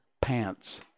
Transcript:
pants